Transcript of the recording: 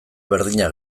berdina